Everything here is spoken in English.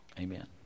Amen